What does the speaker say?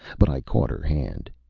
but i caught her hand.